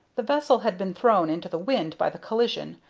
the vessel had been thrown into the wind by the collision,